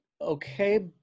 okay